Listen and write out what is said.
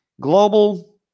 Global